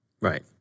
Right